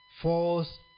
false